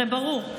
הרי ברור,